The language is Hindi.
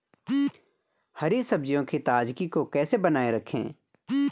हरी सब्जियों की ताजगी को कैसे बनाये रखें?